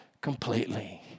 completely